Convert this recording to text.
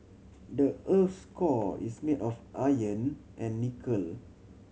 the earth's core is made of iron and nickel